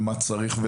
ומה צריך,